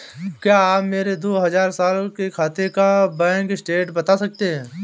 क्या आप मेरे दो हजार बीस साल के खाते का बैंक स्टेटमेंट बता सकते हैं?